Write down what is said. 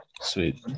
Sweet